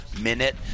minute